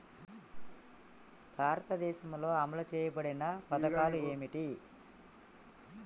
భారతదేశంలో అమలు చేయబడిన పథకాలు ఏమిటి?